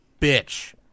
bitch